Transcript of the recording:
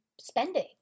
spending